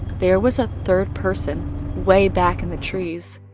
there was a third person way back in the trees.